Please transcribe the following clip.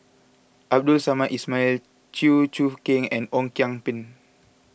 Abdul Samad Ismail Chew Choo Keng and Ong Kian Peng